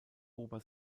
ober